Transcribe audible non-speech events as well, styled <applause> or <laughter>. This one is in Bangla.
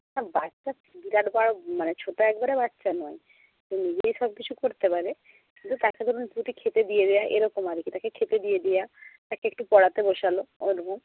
না বাচ্চা বিরাট বড়ো মানে ছোটো একেবারে বাচ্চা নয় ও নিজেই সবকিছু করতে পারে কিন্তু তাকে ধরুন দুটি খেতে দিয়ে দেওয়া এরকম আর কি তাকে খেতে দিয়ে দেওয়া তাকে একটু পড়াতে বসালো <unintelligible>